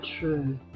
true